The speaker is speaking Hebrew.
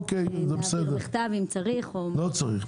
נעביר בכתב, אם צריך -- אוקי, זה בסדר, לא צריך.